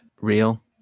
real